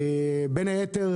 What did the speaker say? בין היתר,